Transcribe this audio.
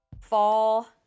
fall